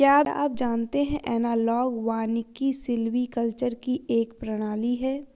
क्या आप जानते है एनालॉग वानिकी सिल्वीकल्चर की एक प्रणाली है